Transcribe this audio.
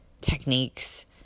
techniques